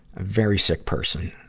very sick person.